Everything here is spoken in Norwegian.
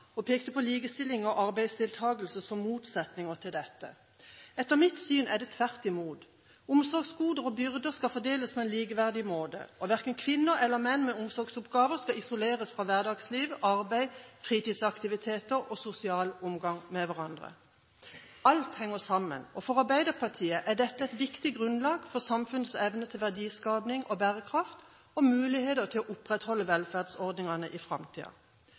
og pekte på likestilling og arbeidsdeltakelse som motsetninger til dette. Etter mitt syn er det tvert imot. Omsorgsgoder og -byrder skal fordeles på en likeverdig måte, og verken kvinner eller menn med omsorgsoppgaver skal isoleres fra hverdagsliv, arbeid, fritidsaktiviteter og sosial omgang med hverandre. Alt henger sammen, og for Arbeiderpartiet er dette et viktig grunnlag for samfunnets evne til verdiskaping og bærekraft og muligheter til å opprettholde velferdsordningene i framtida.